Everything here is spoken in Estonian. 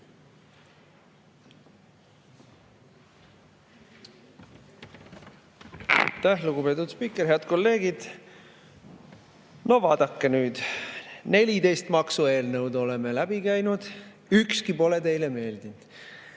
lugupeetud spiiker! Head kolleegid! No vaadake nüüd, 14 maksueelnõu oleme läbi käinud, ükski pole teile meeldinud.